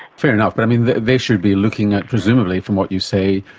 fair enough, but they should be looking at presumably, from what you say,